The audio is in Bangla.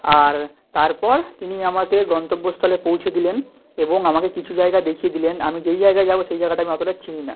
আর তারপর তিনি আমাকে গন্তব্যস্থলে পৌঁছে দিলেন এবং আমাকে কিছু জায়গা দেখিয়ে দিলেন আমি যেই জায়গায় যাবো সেই জায়গাটা আমি অতোটা চিনি না